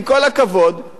ללמוד את הנושא,